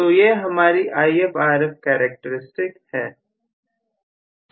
तो यह हमारी IfRf कैरेक्टरस्टिक होगी